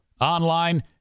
online